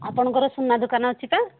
ଆପଣଙ୍କର ସୁନା ଦୋକାନ ଅଛି ତ